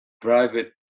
private